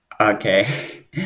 okay